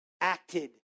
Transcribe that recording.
acted